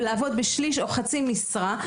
ולעבוד בשליש או חצי משרה.